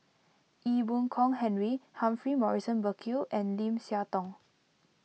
Ee Boon Kong Henry Humphrey Morrison Burkill and Lim Siah Tong